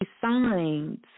signs